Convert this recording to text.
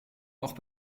auch